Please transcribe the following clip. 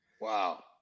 Wow